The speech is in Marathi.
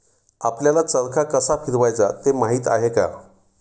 आपल्याला चरखा कसा फिरवायचा ते माहित आहे का?